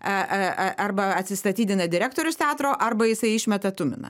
a a a arba atsistatydina direktorius teatro arba jisai išmeta tuminą